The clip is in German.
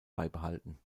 beibehalten